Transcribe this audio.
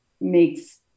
makes